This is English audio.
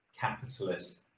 capitalist